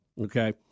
okay